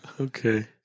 Okay